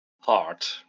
Heart